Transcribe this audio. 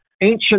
ancient